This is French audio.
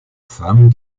femme